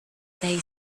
they